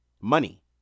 Money